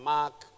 Mark